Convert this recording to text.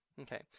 Okay